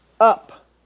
up